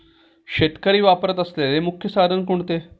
शेतकरी वापरत असलेले मुख्य साधन कोणते?